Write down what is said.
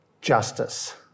justice